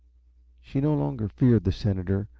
she no longer feared the senator,